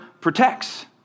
protects